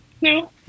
No